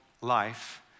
life